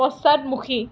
পশ্চাদমুখী